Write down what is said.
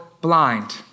blind